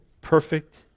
perfect